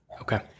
Okay